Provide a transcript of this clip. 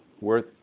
Worth